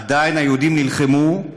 עדיין היהודים נלחמו,